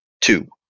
two